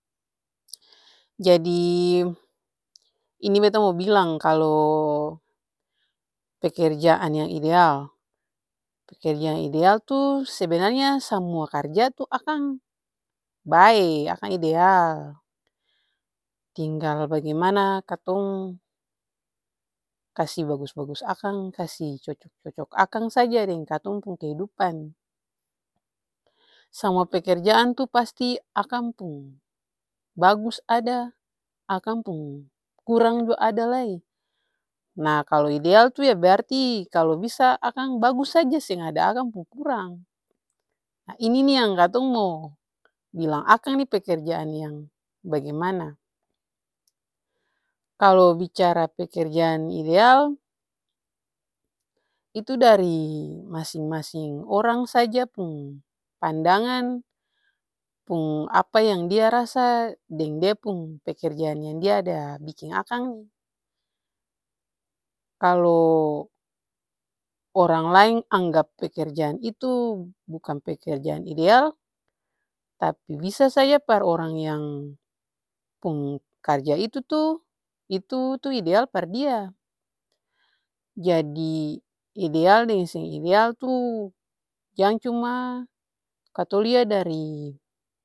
Jadi ini beta mo bilang kalu pekerjaan yang ideal. Pekerjaan yang ideal tuh sebenarnya samua karja tuh akang bae akang ideal. Tinggal bagimana katong kasi bagus-bagus akang, kasi cocok-cocok akang saja deng katong pung kehidupan. Samua pekerjaan tuh pasti akang pung bagus ada, akang pung kurang jua ada lai. Nah kalu ideal tuh yah berarti kalu bisa akang bagus saja seng ada akang pung kurang. Ini-nih yang katong mo bilang akang nih pekerjaan yang bagimana. Kalu bicara pekerjaan ideal itu dari masing-masing orang saja pung pandangan, pung apa yang dia rasa deng dia pung pekerjaan yang dia ada biking akang nih. Kalu orang laeng anggap pekerjaan itu bukang pekerjaan ideal tapi bisa saja par orang yang pung karja itu-tuh, itu-tuh ideal par dia. Jadi ideal deng seng ideal tuh jang cuma katong lia dari.